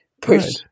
push